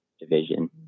division